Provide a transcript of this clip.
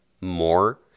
more